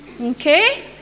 okay